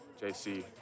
JC